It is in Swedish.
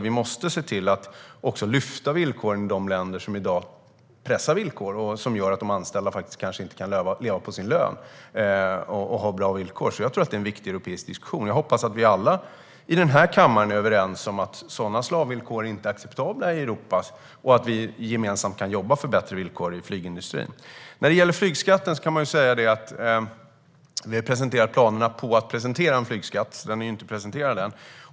Vi måste se till att lyfta villkoren i de länder som i dag pressar villkor och gör att de anställda kanske inte kan leva på sin lön om de inte får bättre villkor. Jag tror att det är en viktig europeisk diskussion, och jag hoppas att vi alla i den här kammaren är överens om att sådana slavvillkor inte är acceptabla i Europa och att vi gemensamt kan jobba för bättre villkor i flygindustrin. När det gäller flygskatten har vi presenterat planerna på att presentera en flygskatt. Den är inte presenterad än.